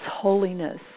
holiness